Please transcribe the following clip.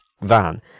van